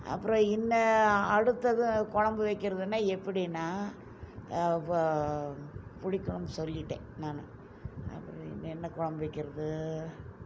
அப்புறம் என்ன அடுத்தது குழம்பு வைக்கிறதுனா எப்படினா புளிக்குழம்பு சொல்லிட்டேன் நான் அப்புறம் இன்னும் என்ன குழம்பு வைக்கிறது